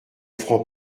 franc